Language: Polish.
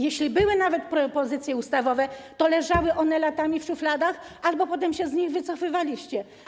Jeśli nawet były propozycje ustawowe, to leżały one latami w szufladach albo potem się z nich wycofywaliście.